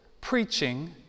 preaching